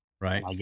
right